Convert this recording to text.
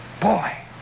Boy